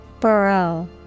Burrow